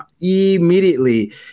immediately